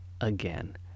again